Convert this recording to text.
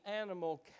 animal